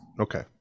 Okay